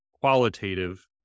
qualitative